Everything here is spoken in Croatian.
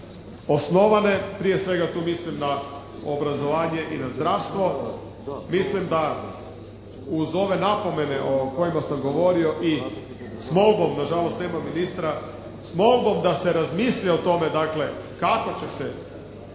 osnovane. Prije svega, tu mislim na obrazovanje i na zdravstvo. Mislim da uz ove napomene o kojima sam govorio i s molbom, nažalost nema ministra, s molbom da se razmisli o tome, dakle,